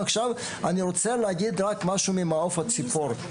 אני רוצה להגיד רק משהו ממעוף הציפור.